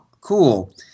Cool